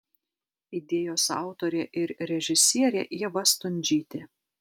idėjos autorė ir režisierė ieva stundžytė